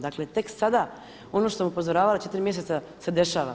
Dakle tek sada ono što sam upozoravala 4 mjeseca se dešava.